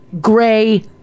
gray